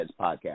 podcast